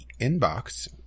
inbox